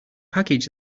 package